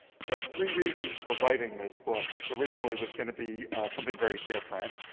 so three reasons for writing this book, which originally was going to be something very different.